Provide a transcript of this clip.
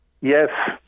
yes